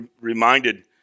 reminded